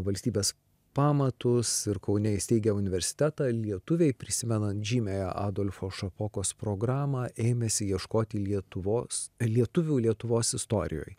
valstybės pamatus ir kaune įsteigę universitetą lietuviai prisimenant žymiąją adolfo šapokos programą ėmėsi ieškoti lietuvos lietuvių lietuvos istorijoj